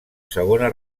segona